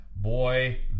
Boy